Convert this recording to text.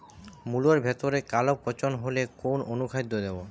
মুলোর ভেতরে কালো পচন হলে কোন অনুখাদ্য দেবো?